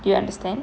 do you understand